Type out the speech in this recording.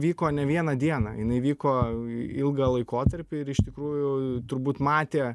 vyko ne vieną dieną jinai vyko ilgą laikotarpį ir iš tikrųjų turbūt matė